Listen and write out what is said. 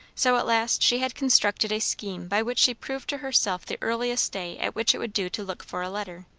so at last she had constructed a scheme by which she proved to herself the earliest day at which it would do to look for a letter,